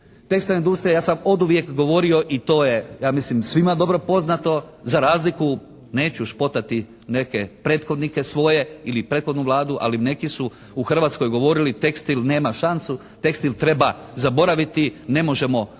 tekstilna industrija. Ja sam oduvijek govorio i to je ja mislim svima dobro poznato za razliku neću špotati neke prethodnike svoje ili prethodnu Vladu ali neki su u Hrvatskoj govorili tekstil nema šansu, tekstil treba zaboraviti, ne možemo konkurirati.